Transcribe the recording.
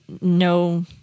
no